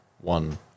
one